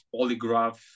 polygraph